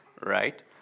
right